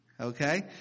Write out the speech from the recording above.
Okay